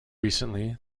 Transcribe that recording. recently